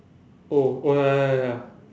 oh oh ya ya ya ya ya